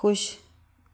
ਖੁਸ਼